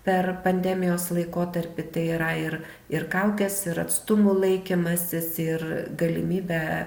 per pandemijos laikotarpį tai yra ir ir kaukės ir atstumų laikymasis ir galimybė